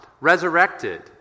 resurrected